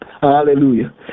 Hallelujah